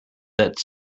that